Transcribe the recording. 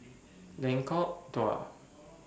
Lengkok Dua